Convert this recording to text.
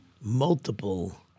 multiple